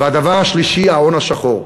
והדבר השלישי, ההון השחור.